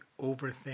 overthink